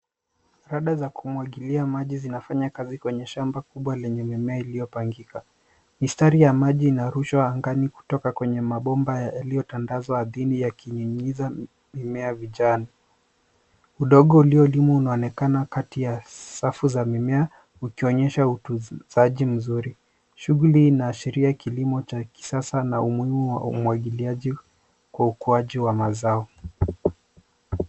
Rada za kumwagilia maji zinafanya kazi kwenye shamba kubwa lenye mimea iliyopangika. Mistari ya maji inarushwa angani kutoka kwenye mabomba yaliotandazwa ardhini yakinyunyiza mimea vijani. Udongo uliolimwa unaonekana kati ya safu za mimea ukionyesha utunzaji mzuri. Shughuli inaashiria kilimo cha kisasa na umuhimu wa umwagiliaji kwa ukuaji wa mazao.